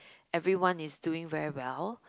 everyone is doing very well